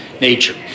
nature